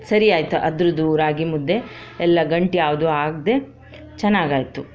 ಸರಿಯಾಯಿತು ಅದರದ್ದು ರಾಗಿ ಮುದ್ದೆ ಎಲ್ಲ ಗಂಟು ಯಾವುದು ಆಗದೇ ಚೆನ್ನಾಗಿ ಆಯಿತು